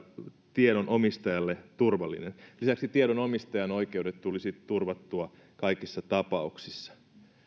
tiedon omistajalle turvallinen lisäksi tiedon omistajan oikeudet tulisi turvattua kaikissa tapauksissa